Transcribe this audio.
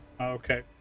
Okay